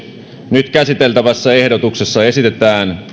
nyt käsiteltävässä ehdotuksessa esitetään